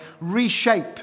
reshape